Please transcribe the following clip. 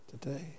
today